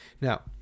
Now